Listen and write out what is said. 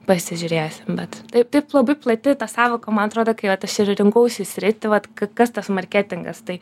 pasižiūrėsim bet taip taip labai plati ta sąvoka man atrodo kad aš vat ir rinkausi sritį vat k kas tas marketingas tai